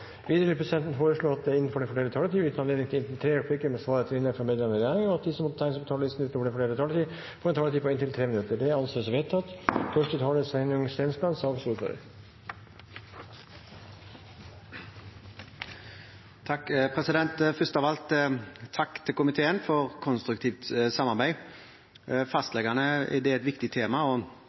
Videre vil presidenten foreslå at det – innenfor den fordelte taletid – blir gitt anledning til inntil tre replikker med svar etter innlegg fra medlemmer av regjeringen, og at de som måtte tegne seg på talerlisten utover den fordelte taletid, får en taletid på inntil 3 minutter. – Det anses vedtatt. Først av alt takk til komiteen for konstruktivt samarbeid. Fastlegene er et viktig tema, og